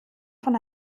von